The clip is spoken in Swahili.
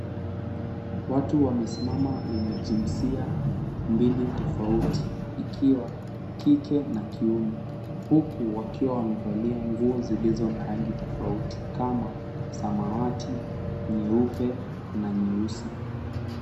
Watu wamesimama wenye jinsia mbili tofauti. Ikiwa kike na kiume. Huku wakiwa wamevalia nguo zilizo na rangi tofauti kama samawati, nyeupe na nyeusi.